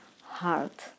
heart